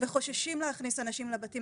וחוששים להכניס אנשים לבתים,